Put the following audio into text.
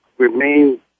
remain